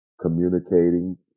communicating